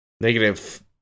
Negative